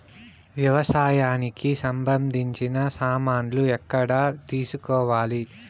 వ్యవసాయానికి సంబంధించిన సామాన్లు ఎక్కడ తీసుకోవాలి?